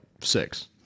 six